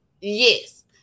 Yes